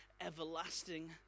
everlasting